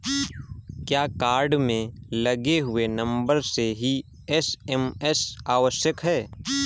क्या कार्ड में लगे हुए नंबर से ही एस.एम.एस आवश्यक है?